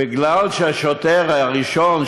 בגלל שהשוטר הראשון,